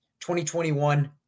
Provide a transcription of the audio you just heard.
2021